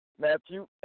Matthew